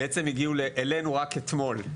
בעצם הגיעו אלינו רק אתמול,